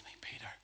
Peter